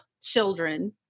children